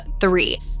three